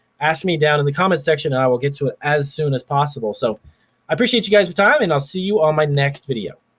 ask me down in the comment section and i will get to it as soon as possible. so i appreciate you guy's time and i'll see you on my next video.